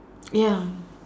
ya